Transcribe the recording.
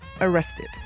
arrested